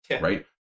right